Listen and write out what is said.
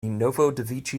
novodevichy